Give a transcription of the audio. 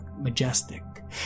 majestic